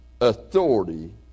authority